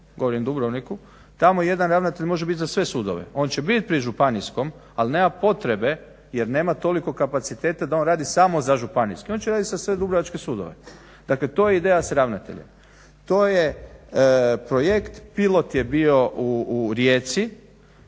govorim Dubrovniku, tamo jedan ravnatelj može biti za sve sudove, on će biti prisežem županijskom, ali nema potrebe jer nema toliko kapaciteta da on radi samo za županijski, on će raditi za sve dubrovačke sudove. Dakle to je ideja za ravnatelje. To je projekt, pilot je bio u Rijeci,